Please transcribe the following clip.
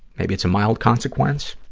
maybe it's a mild consequence,